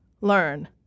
learn